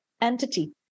entity